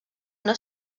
una